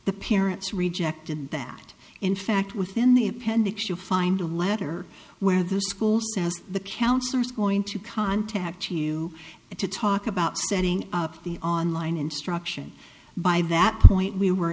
the parents rejected that in fact within the appendix you find a letter where the school says the counselors going to contact you and to talk about setting up the online instruction by that point we were